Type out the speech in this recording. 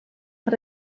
per